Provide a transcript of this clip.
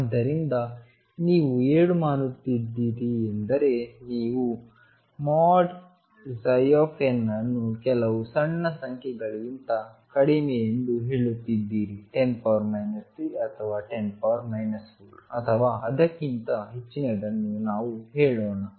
ಆದ್ದರಿಂದ ನೀವು ಏನು ಮಾಡುತ್ತಿದ್ದೀರಿ ಎಂದರೆ ನೀವು Nಅನ್ನು ಕೆಲವು ಸಣ್ಣ ಸಂಖ್ಯೆಗಳಿಗಿಂತ ಕಡಿಮೆ ಎಂದು ಹೇಳುತ್ತೀರಿ 10 3 ಅಥವಾ 10 4 ಅಥವಾ ಅದಕ್ಕಿಂತ ಹೆಚ್ಚಿನದನ್ನು ನಾವು ಹೇಳೋಣ